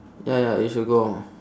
ya ya you should go